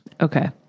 Okay